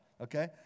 okay